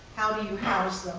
how do you house them?